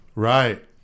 Right